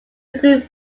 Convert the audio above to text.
include